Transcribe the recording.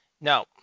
now